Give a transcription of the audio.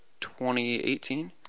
2018